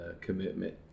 commitment